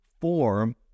form